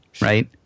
right